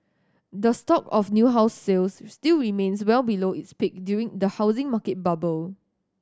the stock of new house sales still remains well below its peak during the housing market bubble